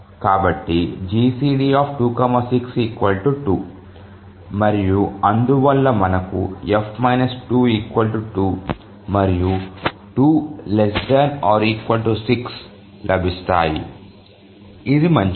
కాబట్టి GCD 26 2 మరియు అందువల్ల మనకు 4 2 2 మరియు 2 ≤ 6 లభిస్తాయి ఇది మంచిది